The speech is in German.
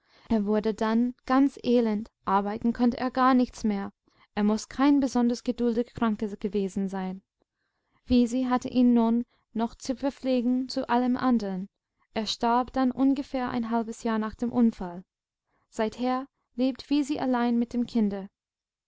er wurde dann ganz elend arbeiten konnte er gar nichts mehr er muß kein besonders geduldiger kranker gewesen sein wisi hatte ihn nun noch zu verpflegen zu allem anderen er starb dann ungefähr ein halbes jahr nach dem unfall seither lebt wisi allein mit dem kinde